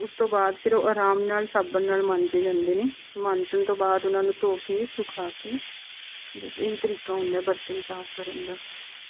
ਉਸ ਤੋਂ ਬਾਅਦ ਫਿਰ ਉਹ ਆਰਾਮ ਨਾਲ ਸਾਬਣ ਨਾਲ ਮਾਂਜੇ ਜਾਂਦੇ ਨੇ ਮਾਂਜਣ ਤੋਂ ਬਾਅਦ ਉਹਨਾਂ ਨੂੰ ਧੋ ਕੇ ਸੁਕਾ ਕੇ ਬਸ ਇਹੀ ਤਰੀਕਾ ਹੁੰਦਾ ਬਰਤਨ ਸਾਫ ਕਰਨ ਦਾ